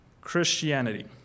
Christianity